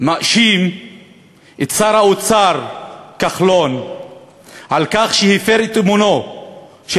מאשים את שר האוצר כחלון על כך שהפר את אמונו של